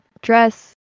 dress